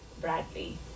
Bradley